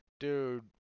Dude